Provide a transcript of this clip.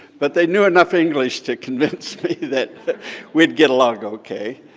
but they knew enough english to convince me that we'd get along okay.